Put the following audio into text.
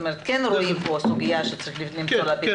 כן רואים פה סוגיה שצריך למצוא לה פתרון.